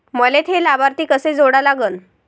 मले थे लाभार्थी कसे जोडा लागन?